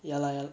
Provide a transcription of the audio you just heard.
ya lah ya